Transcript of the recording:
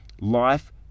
life